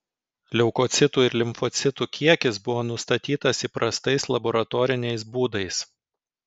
leukocitų ir limfocitų kiekis buvo nustatytas įprastais laboratoriniais būdais